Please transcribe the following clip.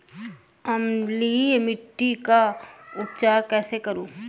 अम्लीय मिट्टी का उपचार कैसे करूँ?